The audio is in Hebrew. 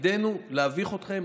תפקידנו להביך אתכם,